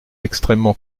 extrêmement